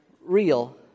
real